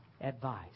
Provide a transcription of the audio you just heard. advice